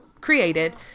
created